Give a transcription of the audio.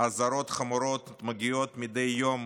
אזהרות חמורות מגיעות מדי יום